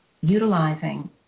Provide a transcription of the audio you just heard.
utilizing